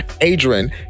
Adrian